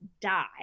die